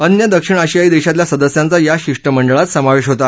अन्य दक्षिण आशियायी देशातल्या सदस्यांचा या शिष्टमंडळात समावेश होता